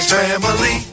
family